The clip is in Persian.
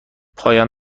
پایان